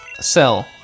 Sell